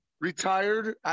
retired